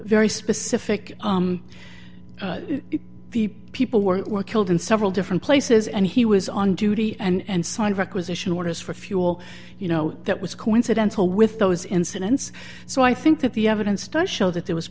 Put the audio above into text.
very specific the people were killed in several different places and he was on duty and signed requisition orders for fuel you know that was coincidental with those incidents so i think that the evidence does show that there was